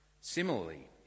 Similarly